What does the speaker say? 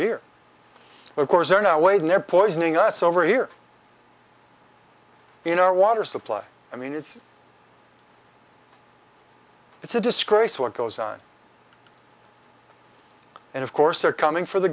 here of course they're now waiting there poisoning us over here in our water supply i mean it's it's a disgrace what goes on and of course they're coming for the